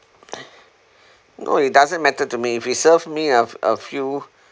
no it doesn't matter to me if you serve me uh a few